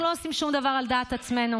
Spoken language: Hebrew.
אנחנו לא עושים שום דבר על דעת עצמנו.